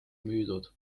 müüdud